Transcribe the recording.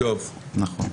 נכון.